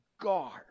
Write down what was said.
guard